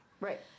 Right